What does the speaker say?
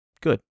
good